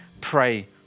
pray